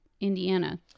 Indiana